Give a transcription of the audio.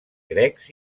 grecs